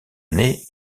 année